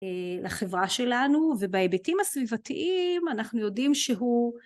לחברה שלנו ובהיבטים הסביבתיים אנחנו יודעים שהוא